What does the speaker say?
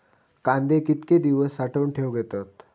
कांदे कितके दिवस साठऊन ठेवक येतत?